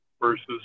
versus